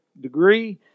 degree